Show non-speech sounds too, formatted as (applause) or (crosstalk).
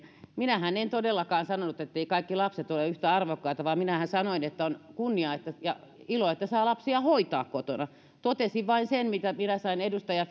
minähän en todellakaan sanonut etteivät kaikki lapset ole yhtä arvokkaita vaan minähän sanoin että on kunnia ja ilo että saa lapsia hoitaa kotona totesin vain sen minkä käsityksen minä sain edustaja (unintelligible)